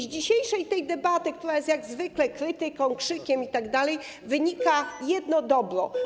Z dzisiejszej debaty, która jest jak zwykle krytyką, krzykiem itd., wynika jedno dobro.